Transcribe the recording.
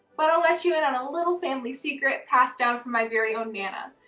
but i'll let you in on a little family secret passed down from my very own nana.